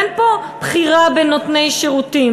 אין פה בחירה בין נותני שירותים.